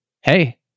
hey